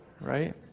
right